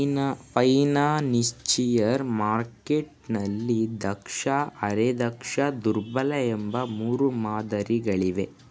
financial ಮಾರ್ಕೆಟ್ನಲ್ಲಿ ದಕ್ಷ, ಅರೆ ದಕ್ಷ, ದುರ್ಬಲ ಎಂಬ ಮೂರು ಮಾದರಿ ಗಳಿವೆ